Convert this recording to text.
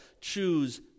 choose